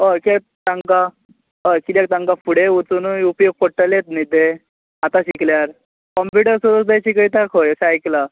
हय कित्या तांकां हय कित्याक तांकां फुडें वचुनूय उपयेग पडटलेच न्ही तें आतां शिकल्यार कोम्प्युट्र्सूय सुद्दां ते शिकयता खंय अशें आयकलां